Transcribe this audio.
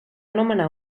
nomenar